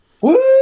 Woo